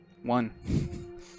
One